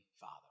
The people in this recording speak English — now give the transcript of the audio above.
Father